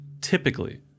typically